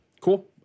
cool